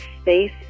space